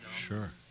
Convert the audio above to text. sure